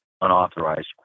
unauthorized